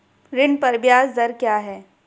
ऋण पर ब्याज दर क्या है?